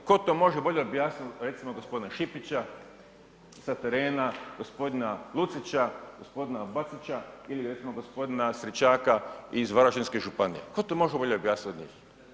Tko to može bolje objasniti od recimo gospodina Šipića sa terena, gospodina Lucića, gospodina Bačića ili recimo gospodina Stričaka iz Varaždinske županije, tko to može bolje objasniti od njih?